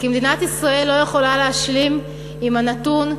כי מדינת ישראל לא יכולה להשלים עם הנתון שרבע,